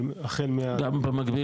אבל החל מה- -- גם במקביל,